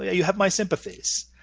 yeah you have my sympathies